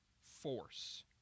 force